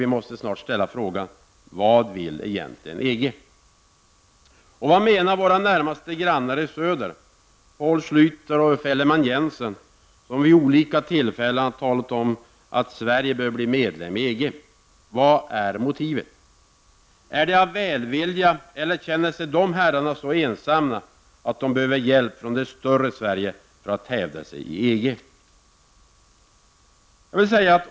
Vi måste snart ställa frågan: Vad vill egentligen EG? Och vad menar våra närmaste grannar i söder? Paul Schlüter och Uffe Ellemann-Jensen har vid olika tillfällen talat om att Sverige bör bli medlem i EG. Vad är motivet? Är det av välvilja de uttalat sig så, eller känner sig de herrarna så ensamma att de behöver hjälp från det större Sverige för att hävda sig i EG?